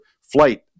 flight